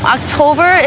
October